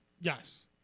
Yes